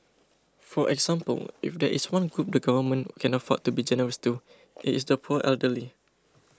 for example if there is one group the Government can afford to be generous to it is the poor elderly